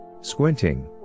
Squinting